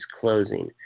closing